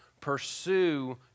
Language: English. pursue